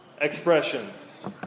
expressions